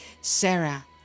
Sarah